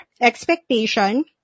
expectation